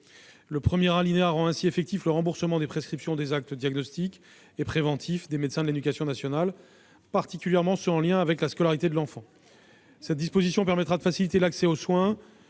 Le premier alinéa tend ainsi à rendre effectif le remboursement des prescriptions des actes diagnostiques et préventifs des médecins de l'éducation nationale, particulièrement ceux qui sont en lien avec la scolarité de l'enfant. Cette disposition permettra de faciliter l'accès aux soins,